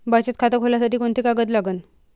बचत खात खोलासाठी कोंते कागद लागन?